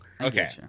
Okay